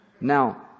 Now